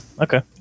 Okay